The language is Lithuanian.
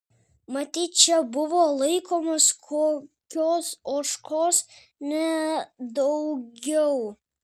matyt čia buvo laikomos kokios ožkos nedaugiau